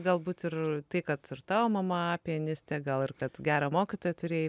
galbūt ir tai kad ir tavo mama pianistė gal ir kad gerą mokytoją turėjai